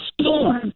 storm